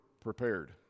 prepared